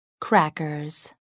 crackers